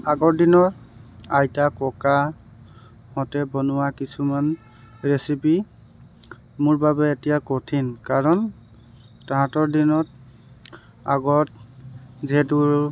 আগৰ দিনত আইতা ককাহঁতে বনোৱা কিছুমান ৰেচিপি মোৰ বাবে এতিয়া কঠিন কাৰণ তাহাঁতৰ দিনত আগত যিহেতু